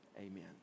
Amen